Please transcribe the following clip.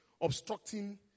obstructing